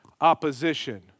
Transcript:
opposition